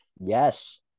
Yes